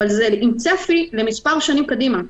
אבל זה עם צפי למספר שנים קדימה.